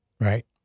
right